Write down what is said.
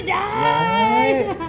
what